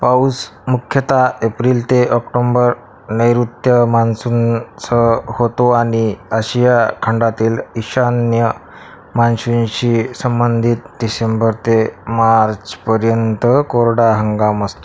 पाऊस मुख्यतः एप्रिल ते ऑक्टोंबर नैऋत्य मान्सूनसह होतो आणि आशिया खंडातील ईशान्य मान्शीनशी संबंधित डिसेंबर ते मार्चपर्यंत कोरडा हंगाम असतो